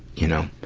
you know,